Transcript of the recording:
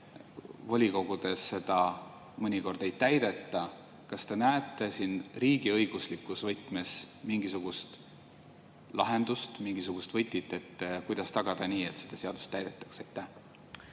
Volikogudes seda mõnikord ei täideta. Kas te näete siin riigiõiguslikus võtmes mingisugust lahendust, mingisugust võtit, kuidas tagada, et seda seadust täidetaks? Aitäh,